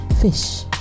fish